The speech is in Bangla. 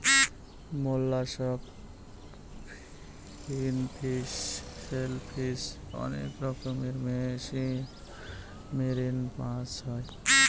মোল্লাসক, ফিনফিশ, সেলফিশ অনেক রকমের মেরিন মাছ হয়